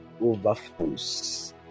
overflows